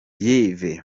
yves